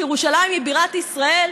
שירושלים היא בירת ישראל?